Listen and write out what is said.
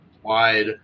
wide